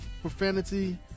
profanity